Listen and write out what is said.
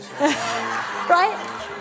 Right